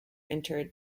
interred